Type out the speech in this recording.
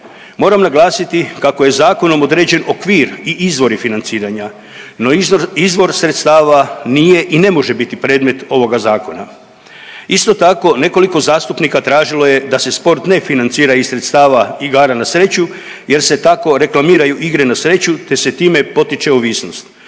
Moram naglasiti kako je zakonom određen i okvir i izvori financiranja, no izvor sredstava nije i ne može biti predmet ovoga zakona. Isto tako nekoliko zastupnika tražilo je da se sport ne financira iz sredstava igara na sreću jer se tako reklamiraju igre na sreću te se time potiče ovisnost.